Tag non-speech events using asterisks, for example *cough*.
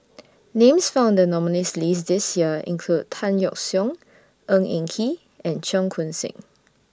*noise* Names found in The nominees' list This Year include Tan Yeok Seong Ng Eng Kee and Cheong Koon Seng